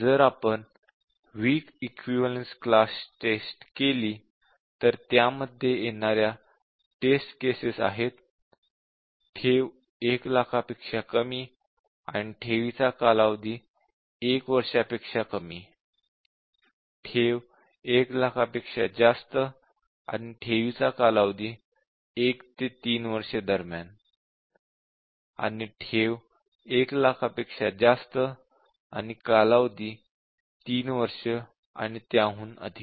जर आपण weak equivalence class test केली तर त्यामध्ये येणाऱ्या टेस्ट केस आहेत ठेव 1 लाखापेक्षा कमी आणि ठेवीचा कालावधी 1 वर्षापेक्षा कमी ठेव 1 लाखापेक्षा जास्त आणि आणि ठेवीचा कालावधी 1 ते 3 वर्षे दरम्यान आणि ठेव 1 लाखांपेक्षा जास्त आहे आणि कालावधी 3 वर्ष आणि त्याहून अधिक